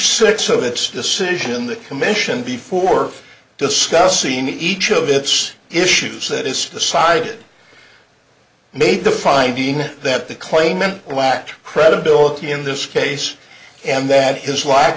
six of its decision the commission before discussing each of its issues that is the side it made the finding that the claimant lacked credibility in this case and that his lack